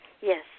Yes